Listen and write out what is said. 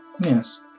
Yes